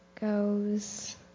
goes